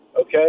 okay